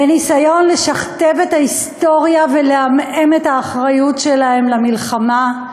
בניסיון לשכתב את ההיסטוריה ולעמעם את האחריות שלהם למלחמה.